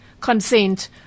consent